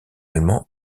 allemand